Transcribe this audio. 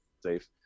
safe